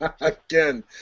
Again